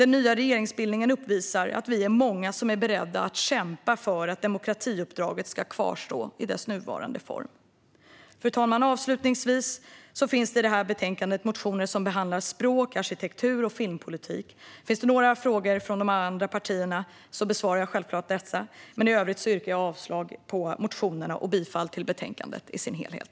Den nya regeringsbildningen uppvisar dock att vi är många som är beredda att kämpa för att demokratiuppdraget ska kvarstå i sin nuvarande form. Fru talman! Avslutningsvis: I det här betänkandet behandlas motioner om språk, arkitektur och filmpolitik. Finns det några frågor från de andra partierna besvarar jag självklart dem, men i övrigt yrkar jag avslag på motionerna och bifall till förslaget i dess helhet.